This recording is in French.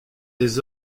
des